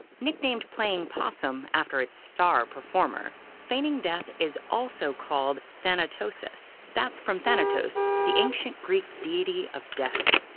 nicknamed playing possum after its star performer, feigning death is also called thanatosis. that's from thanatos, the ancient greek deity of death.